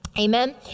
Amen